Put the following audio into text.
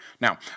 Now